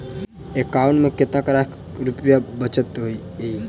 account मे कतेक रास रुपया बचल एई